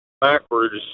backwards